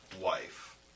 wife